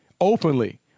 openly